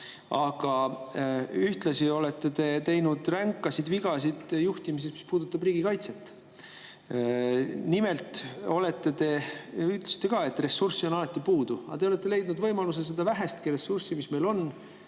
Ühtlasi olete te teinud ränkasid vigasid juhtimises, mis puudutab riigikaitset. Nimelt, te ütlesite, et ressurssi on alati puudu, aga te olete leidnud võimaluse seda vähestki ressurssi, mis meil on,